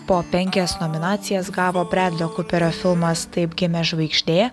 po penkias nominacijas gavo bredlio kuperio filmas taip gimė žvaigždė